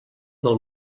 del